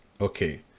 Okay